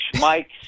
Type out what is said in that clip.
Mike